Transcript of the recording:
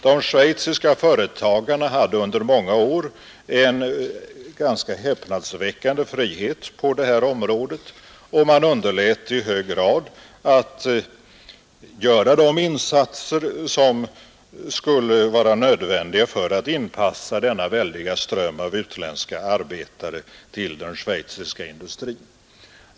De schweiziska företagarna hade under många år en ganska häpnadsväckande frihet på detta område, och man underlät i hög grad att göra de insatser som var nödvändiga för att anpassa den väldiga strömmen av utländska arbetare till den schweiziska industrin.